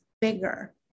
bigger